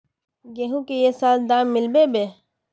गेंहू की ये साल दाम मिलबे बे?